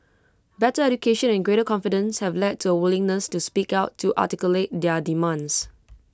better education and greater confidence have led to A willingness to speak out to articulate their demands